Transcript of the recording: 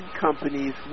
companies